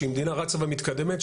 שהיא מדינה רצה ומתקדמת,